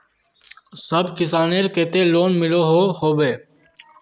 सब किसानेर केते लोन मिलोहो होबे?